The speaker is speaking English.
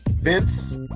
Vince